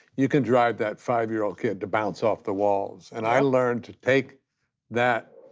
you can drive that five-year-old kid to bounce off the walls, and i learned to take that,